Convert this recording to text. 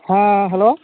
হ্যাঁ হ্যালো